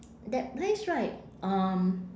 that place right um